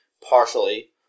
Partially